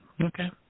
Okay